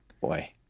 boy